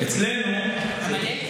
עמלק?